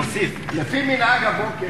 לפי מנהג הבוקר,